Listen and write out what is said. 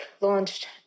launched